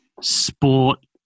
sport